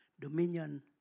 dominion